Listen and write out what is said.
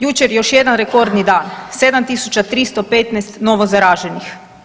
Jučer još jedan rekordni dan 7315 novo zaraženih.